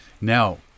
now